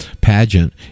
Pageant